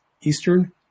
Eastern